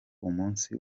umunsi